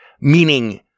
meaning